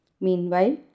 Meanwhile